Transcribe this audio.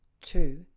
two